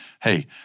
hey